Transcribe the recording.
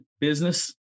business